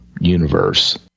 universe